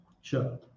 Sure